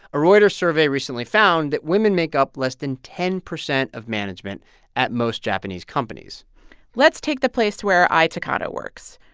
a reuters survey recently found that women make up less than ten percent of management at most japanese companies let's take the place where ai takano works.